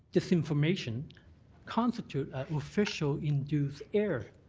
misinformation constitute official-induced error.